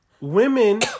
Women